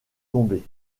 tombés